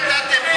אתם לא נתתם,